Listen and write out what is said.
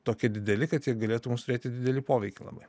tokie dideli kad jie galėtų mums turėti didelį poveikį labai